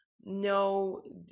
no